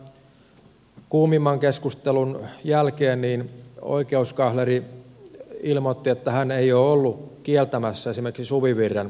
tietenkin tämän kuumimman keskustelun jälkeen oikeuskansleri ilmoitti että hän ei ole ollut kieltämässä esimerkiksi suvivirren laulamista